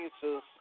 Jesus